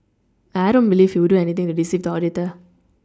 I don't believe he would do anything to deceive the auditor